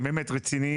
שהם באמת רציניים,